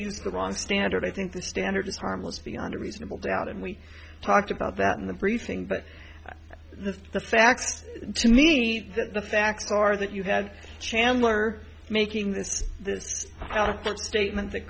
used the wrong standard i think the standard is harmless beyond a reasonable doubt and we talked about that in the briefing but the the facts to me that the facts are that you had chandler making this statement that